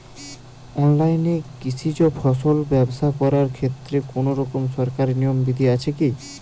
অনলাইনে কৃষিজ ফসল ব্যবসা করার ক্ষেত্রে কোনরকম সরকারি নিয়ম বিধি আছে কি?